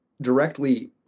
directly